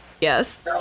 yes